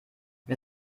wir